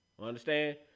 Understand